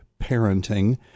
parenting